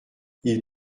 ils